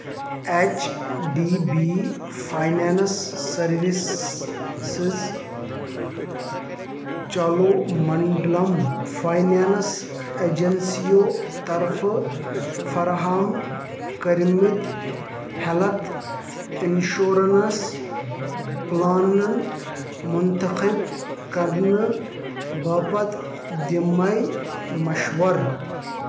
H D B finance services Cholamandalam finance ایجنسیَو طرفہٕ فراہم کٔرمٕتۍ ہیٚلتھ انشورنس پلانَن منتخب کرنہٕ باپتھ دِ میے مشوَر